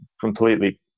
completely